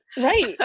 right